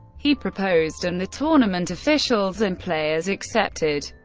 he proposed, and the tournament officials and players accepted,